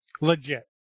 Legit